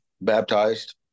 baptized